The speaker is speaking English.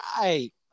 right